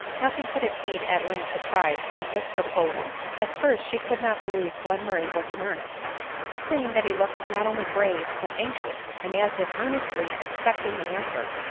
nothing could exceed adeline's surprise at this pro posal at first she could not believe glenmurray was in earnest but seeing that he looked not only grave but anxious, and as if earnestly expecting an answer,